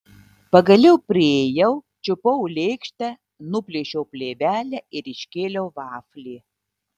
pagaliau priėjau čiupau lėkštę nuplėšiau plėvelę ir iškėliau vaflį